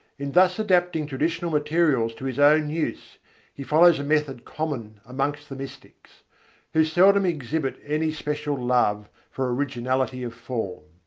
in thus adapting traditional materials to his own use he follows a method common amongst the mystics who seldom exhibit any special love for originality of form.